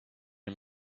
den